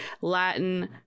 Latin